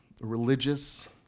religious